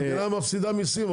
המדינה מפסידה מיסים,